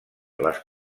les